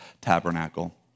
tabernacle